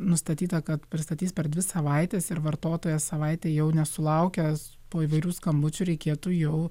nustatyta kad pristatys per dvi savaites ir vartotojas savaitę jau nesulaukęs po įvairių skambučių reikėtų jau